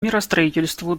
миростроительству